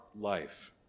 life